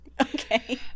okay